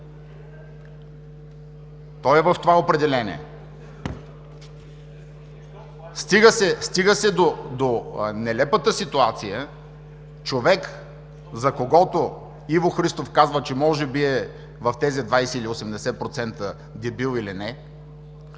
той е в това определение.